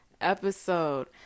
Episode